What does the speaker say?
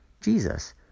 Jesus